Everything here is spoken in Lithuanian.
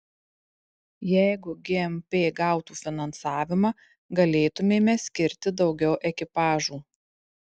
jeigu gmp gautų finansavimą galėtumėme skirti daugiau ekipažų